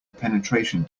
penetration